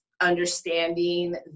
understanding